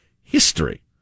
history